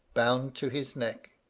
bound to his neck.